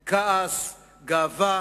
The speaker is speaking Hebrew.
כעס, גאווה,